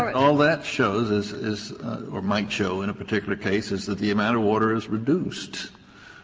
um all that shows is is or might show in a particular case, is that the amount of water is reduced.